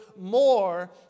more